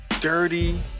dirty